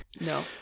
No